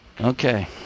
Okay